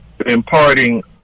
Imparting